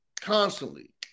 Constantly